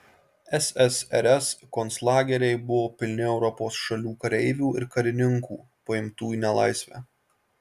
ssrs konclageriai buvo pilni europos šalių kareivių ir karininkų paimtų į nelaisvę